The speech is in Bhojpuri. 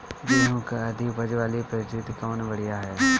गेहूँ क अधिक ऊपज वाली प्रजाति कवन बढ़ियां ह?